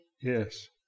Yes